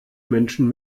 menschen